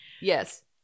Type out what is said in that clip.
Yes